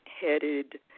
headed